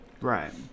Right